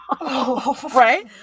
Right